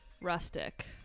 Rustic